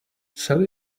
sell